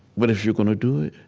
but if you're going to do it,